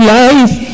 life